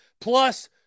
plus